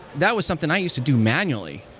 that was something i used to do manually,